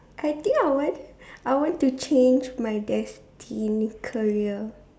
I think I want I want to change my destined career